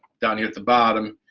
down here at the bottom,